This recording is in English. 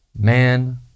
man